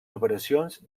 operacions